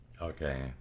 okay